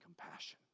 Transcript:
compassion